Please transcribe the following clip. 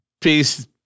Peace